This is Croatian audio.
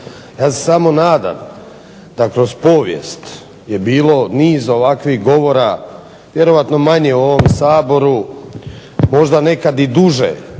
Ja se samo nadam da kroz povijest je bilo niz ovakvih govora vjerojatno manje u ovom Saboru možda nekad i duže